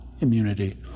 immunity